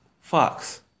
Fox